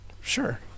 Sure